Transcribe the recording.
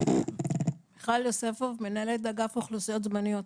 מיכל יוספוף, מנהלת אגף אוכלוסיות זמניות.